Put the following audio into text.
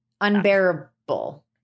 Unbearable